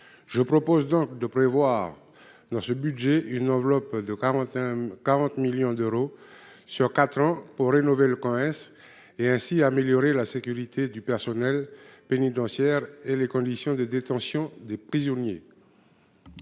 je propose donc de prévoir dans ce budget, une enveloppe de 40 40 millions d'euros sur 4 ans pour rénover le connaissent et ainsi améliorer la sécurité du personnel pénitentiaire et les conditions de détention des prisonniers.